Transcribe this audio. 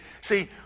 See